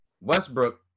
Westbrook